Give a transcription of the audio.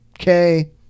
okay